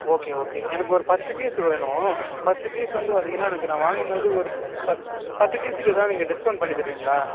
okay okay எனக்கு ஒரு பத்து பீஸு வேணும் பத்து பீஸ் வந்து பார்த்திங்கன்னா எனக்கு நான் வாங்கும் போது ஒரு பத் பத்து பீஸுக்கு ஏதா நீங்கள் டிஸ்க்கௌண்ட் பண்ணி தருவிங்களா